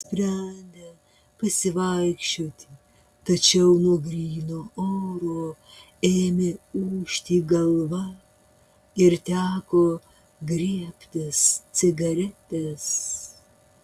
nusprendė pasivaikščioti tačiau nuo gryno oro ėmė ūžti galva ir teko griebtis cigaretės